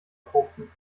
pumpen